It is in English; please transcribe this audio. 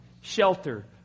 shelter